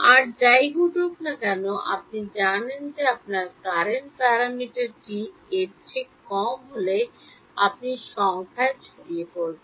আর যাই ঘটুক না কেন আপনি জানেন যে আপনার ক্যারেন্ট প্যারামিটারটি 1 এর চেয়ে কম হলে আপনি সংখ্যার ছড়িয়ে পড়বেন